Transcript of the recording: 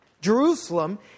Jerusalem